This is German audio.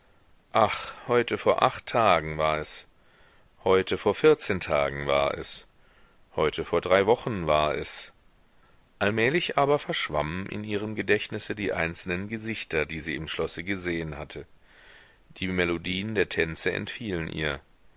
ach heute vor acht tagen war es heute vor vierzehn tagen war es heute vor drei wochen war es allmählich aber verschwammen in ihrem gedächtnisse die einzelnen gesichter die sie im schlosse gesehen hatte die melodien der tänze entfielen ihr